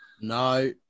no